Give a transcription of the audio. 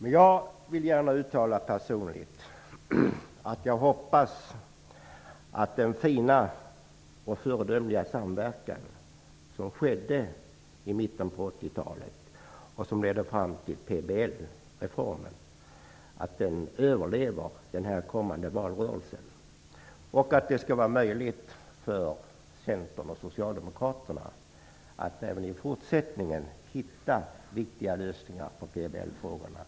Personligen vill jag gärna säga att jag hoppas att den fina och föredömliga samverkan som fanns i mitten av 80-talet och som ledde fram till PBL reformen överlever den kommande valrörelsen samt att det blir möjligt för Centern och Socialdemokraterna att även i fortsättningen hitta viktiga lösningar i PBL-frågorna.